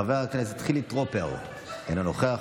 חבר הכנסת חילי טרופר, אינו נוכח,